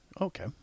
Okay